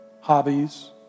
Hobbies